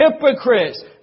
hypocrites